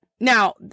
Now